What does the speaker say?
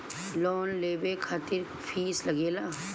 Loan लेवे खातिर fees लागेला?